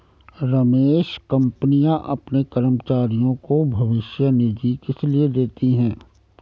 रमेश कंपनियां अपने कर्मचारियों को भविष्य निधि किसलिए देती हैं?